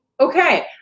okay